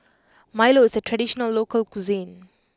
Milo is a traditional local cuisine